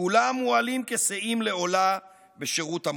כולם מועלים כשיות לעולה בשירות המולך.